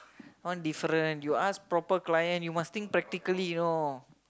that one different you ask proper client you must think practically you know